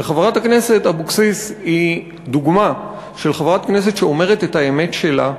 וחברת הכנסת אבקסיס היא דוגמה של חברת כנסת שאומרת את האמת שלה,